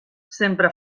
sempre